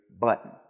button